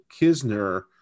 Kisner